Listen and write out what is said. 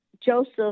Joseph